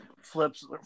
flips